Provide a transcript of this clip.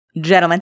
Gentlemen